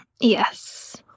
Yes